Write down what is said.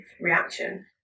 reaction